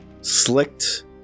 slicked